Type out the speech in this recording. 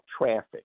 traffic